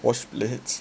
wash plates